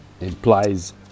implies